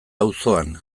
auzoan